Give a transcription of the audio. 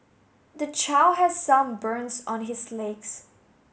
the child has some burns on his legs